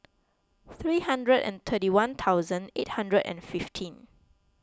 three hundred and twenty one thousand eight hundred and fifteen